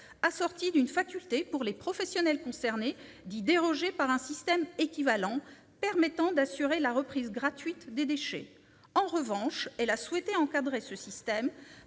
assorti d'une faculté pour les professionnels concernés d'y déroger par un système équivalent, permettant d'assurer la reprise gratuite des déchets. En revanche, elle a souhaité encadrer ce système